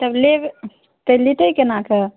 तब लेब तऽ लेतै केना कऽ